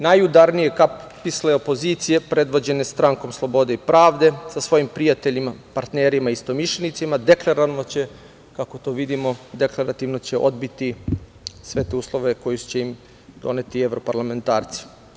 Najudarnije kapisle opozicije predvođene stranom Slobode i pravde, sa svojim prijateljima, partnerima, istomišljenicima, deklararno će, kako to vidimo deklarativno će odbiti sve te uslove koji će im doneti evroparlamentarci.